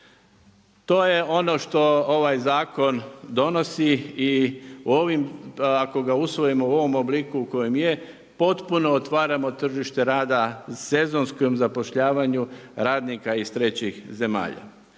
To je ono što ovaj zakon donosi i u ovim, ako ga usvojimo u ovom obliku u kojem je potpuno otvaramo tržište rada sezonskom zapošljavanju radnika iz trećih zemalja.